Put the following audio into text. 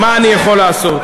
מה אני יכול לעשות?